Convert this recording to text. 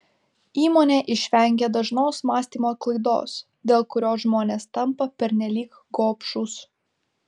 įmonė išvengė dažnos mąstymo klaidos dėl kurios žmonės tampa pernelyg gobšūs